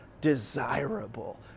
desirable